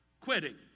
quitting